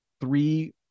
three